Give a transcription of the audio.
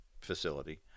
facility